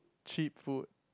cheap food